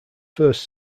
first